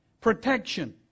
protection